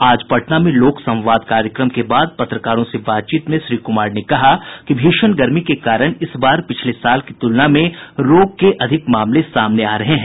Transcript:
आज पटना मे लोक संवाद कार्यक्रम के बाद पत्रकारों के बातचीत में श्री कुमार ने कहा कि भीषण गर्मी के कारण इस बार पिछले साल की तुलना में रोग के अधिक मामले सामने आ रहे हैं